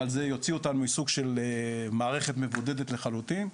אבל זה יוציא אותנו מסוג של מערכת מבודדת לחלוטין,